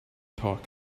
talk